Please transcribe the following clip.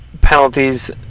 penalties